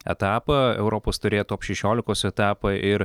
etapą europos taurė top šešiolikos etapą ir